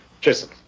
Jason